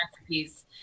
recipes